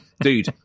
dude